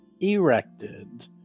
erected